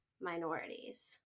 minorities